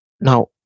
Now